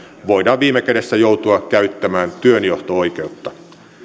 voidaan viime kädessä joutua käyttämään työnjohto oikeutta